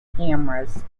cameras